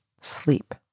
sleep